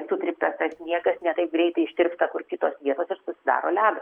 sutryptas tas sniegas ne taip greitai ištirpsta kur kitos vietos ir susidaro ledas